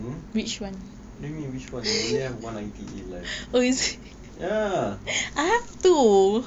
um what do you mean which one li only have one I_T_E life ya